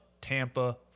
Tampa